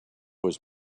was